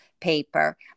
Paper